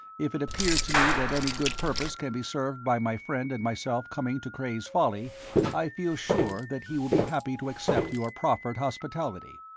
if it appears to me that any good purpose can be served by my friend and myself coming to cray's folly i feel sure that he will be happy to accept your proffered hospitality.